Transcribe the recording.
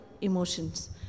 emotions